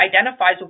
identifies